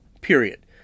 period